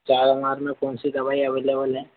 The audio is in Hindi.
चारा मार में कौन सी दवाई एवेलेबल हैं